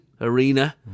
Arena